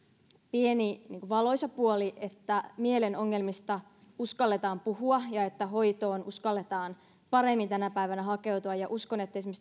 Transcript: pieni valoisa puoli että mielen ongelmista uskalletaan puhua ja että hoitoon uskalletaan paremmin hakeutua tänä päivänä uskon että esimerkiksi